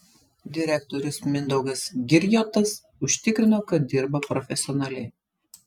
direktorius mindaugas girjotas užtikrino kad dirba profesionaliai